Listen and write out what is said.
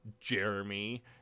Jeremy